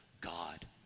God